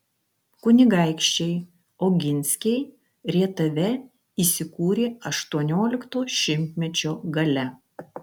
kunigaikščiai oginskiai rietave įsikūrė aštuoniolikto šimtmečio gale